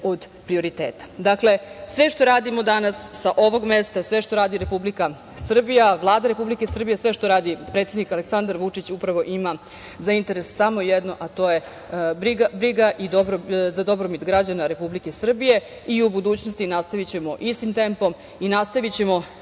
od prioriteta. Dakle, sve što radimo danas sa ovog mesta, sve što radi Republika Srbija, Vlada Republike Srbije, sve što radi predsednik Aleksandar Vučić upravo ima za interes samo jedno, a to je briga za dobrobit građana Republike Srbije i u budućnosti nastavićemo istim tempom i nastavićemo